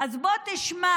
אז בוא תשמע,